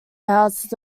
houses